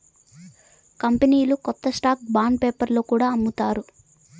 కంపెనీలు కొత్త stock bond పేపర్లో కూడా అమ్ముతారు